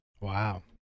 Wow